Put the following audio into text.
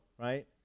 right